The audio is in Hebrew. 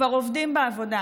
כבר עובדים בעבודה.